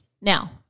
Now